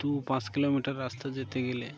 দু পাঁচ কিলোমিটার রাস্তা যেতে গেলে